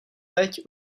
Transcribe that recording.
teď